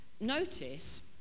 Notice